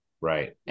right